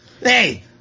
Hey